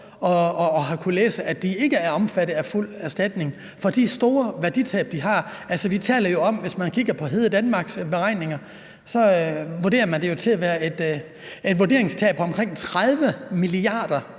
at have kunnet læse, at de ikke er omfattet af fuld erstatning for de store værditab, de får. Altså, vi taler jo om – hvis man kigger på Dalgas' beregninger – at man vurderer det til at være et værditab på omkring 30 mia. kr.